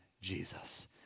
Jesus